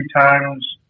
times